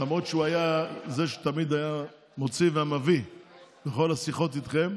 למרות שהוא זה שתמיד היה המוציא והמביא בכל השיחות איתכם,